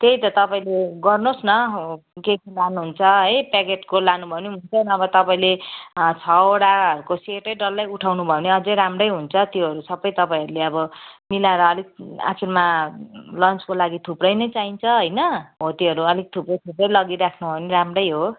त्यही त तपाईँले गर्नुहोस् न के के लानुहुन्छ है प्याकेटको लानुभए पनि हुन्छ नभए तपाईँले छवटाहरूको सेट्टै डल्लै उठाउनुभयो भने अझै राम्रै हुन्छ त्योहरू सबै तपाईँहरूले अब मिलाएर अलिक आखिरमा लन्चको लागि थुप्रै नै चाहिन्छ होइन हो त्योहरू अलिक थुप्रै थुप्रै लगी राख्नुभयो भने राम्रै हो